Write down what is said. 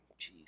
Jeez